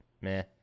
meh